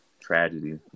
tragedy